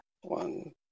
one